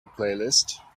playlist